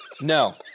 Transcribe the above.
No